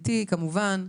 אתי כמובן,